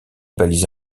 balisé